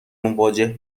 مواجه